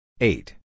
Eight